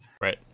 Right